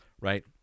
right